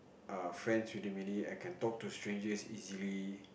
err friends I can talk to strangers easily